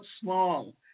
small